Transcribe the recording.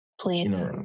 please